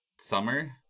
summer